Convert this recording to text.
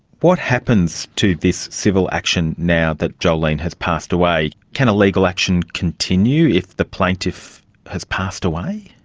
what happens to this civil action now that jolene has passed away? can a legal action continue if the plaintiff has passed away?